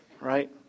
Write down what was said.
Right